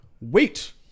wait